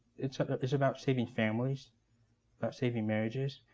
it's it's about saving families, about saving marriages.